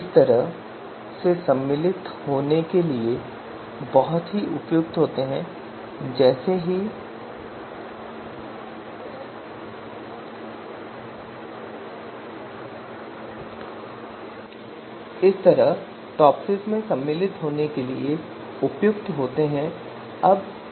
इस तरह से सम्मिलित होने के लिए बहुत ही उपयुक्त होते हैं और जैसे ही वे जैसे होते हैं वैसे ही जैसे से टॉपसिस के लिए उपयुक्त होते हैं